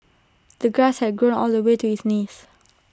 the grass had grown all the way to his knees